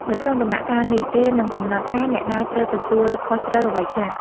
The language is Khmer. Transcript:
នៅក្នុងដំណាក់កាលនេះ គេនឹងកំណត់ថាអ្នកណាត្រូវទទួលខុសត្រូវអ្វីខ្លះ។